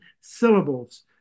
syllables